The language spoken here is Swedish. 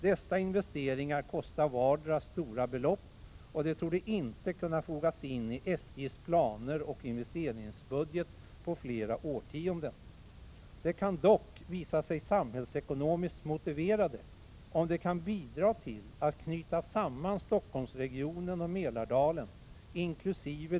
Dessa investeringar kostar vardera stora belopp, och de torde inte kunna fogas in i SJ:s planer och investeringsbudget på flera årtionden. De kan dock visa sig samhällsekonomiskt motiverade, om de kan bidra till att knyta samman Stockholmsregionen och Mälardalen inkl.